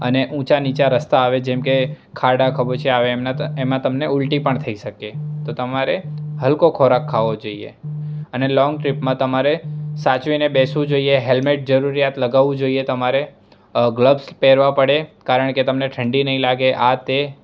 અને ઉંચા નીચા રસ્તા આવે જેમ કે ખાડા ખાબોચિયાં આવે એમાં તમને ઉલ્ટી પણ થઈ શકે તો તમારે હલકો ખોરાક ખાવો જોઈએ અને લોન્ગ ટ્રીપમાં તમારે સાચવીને બેસવું જોઈએ હેલ્મેટ જરૂરિયાત લગાવવું જોઈએ તમારે ગ્લવ્ઝ પહેરવા પડે કારણે તમને ઠંડી નહીં લાગે આ તે